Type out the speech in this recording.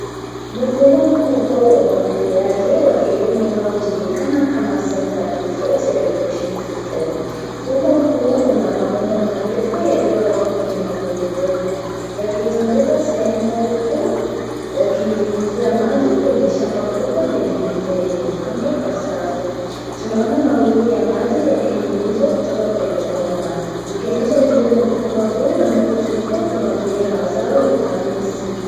Mfumo mkubwa wa umwagiliaji wa kilimo unaojulikana kama centre pivot irrigation system . Mfumo huu una mabomba marefu yaliyowekwa kwenye magurudumu yakizunguka sehemu, huku yakinyunyuzia maji kwenye shamba kubwa lenye mimea iliyopandwa kwa safu. Tunaona mawimbi ya maji yakinyunyizwa kutoka kwenye bomba, ikionyesha jinsi mfumo huu unavyotumika kumwagilia mazao ya ufanisi.